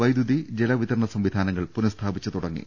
വൈദ്യുതി ജലവിതരണ സംവിധാനങ്ങൾ പുനഃസ്ഥാപിച്ചുതുടങ്ങി